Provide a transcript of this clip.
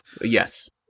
Yes